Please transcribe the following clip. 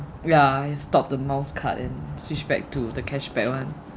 ya I stop the miles card and switch back to the cashback one